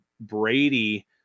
Brady